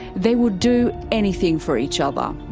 they would do anything for each um ah